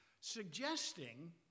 Suggesting